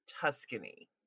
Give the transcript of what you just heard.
tuscany